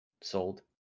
Sold